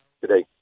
today